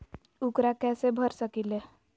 ऊकरा कैसे भर सकीले?